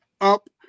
up